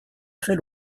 très